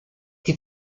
die